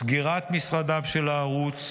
סגירת משרדיו של הערוץ,